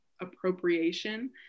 appropriation